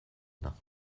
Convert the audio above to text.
nach